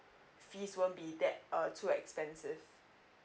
fees won't be that uh too expensive